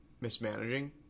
mismanaging